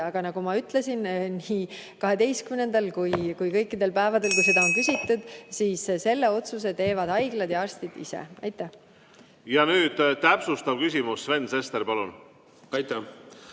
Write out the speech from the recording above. Aga nagu ma ütlesin nii 12. oktoobril kui ka hiljem kõikidel päevadel, kui seda on küsitud, selle otsuse teevad haiglad ja arstid ise. Ja nüüd täpsustav küsimus. Sven Sester, palun! Aitäh!